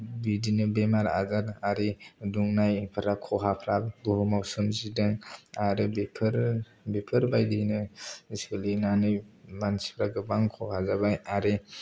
बिदिनो बेमार आजार आरि दुंनायफोरा खहाफोरा बुहुमाव सोमजिदों आरो बेफोरो बेफोरबायदिनो सोलिनानै मानसिफोरा गोबां खहा जाबाय आरो